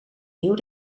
nieuw